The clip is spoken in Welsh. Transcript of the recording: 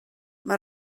mae